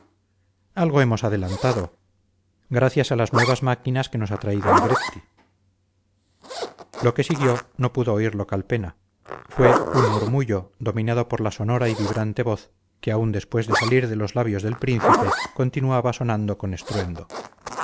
algo hemos adelantado gracias a las nuevas máquinas que nos ha traído negretti lo que siguió no pudo oírlo calpena fue un murmullo dominado por la sonora y vibrante voz que aun después de salir de los labios del príncipe continuaba sonando con estruendo